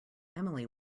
emily